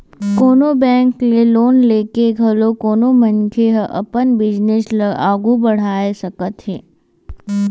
कोनो बेंक ले लोन लेके घलो कोनो मनखे ह अपन बिजनेस ल आघू बड़हा सकत हवय